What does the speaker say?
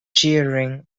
cheering